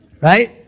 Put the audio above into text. right